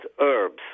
herbs